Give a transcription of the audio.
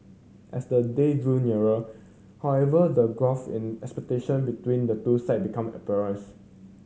as the date drew nearer however the gulf in expectation between the two side become